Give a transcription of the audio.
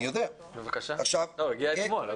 הוא הגיע אתמול.